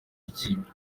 y’ikipe